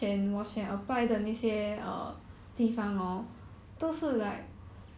他们有太多人 apply 了